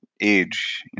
age